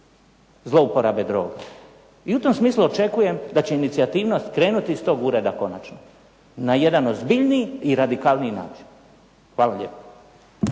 zlouporabe droga. I u tom smislu očekujem da će inicijativnost krenuti iz tog ureda konačno, na jedan ozbiljniji i radikalniji način. Hvala lijepo.